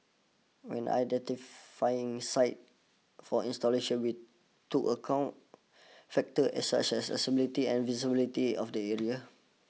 when identifying sites for installations we took account factors as such as accessibility and visibility of the areas